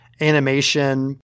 animation